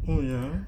oh ya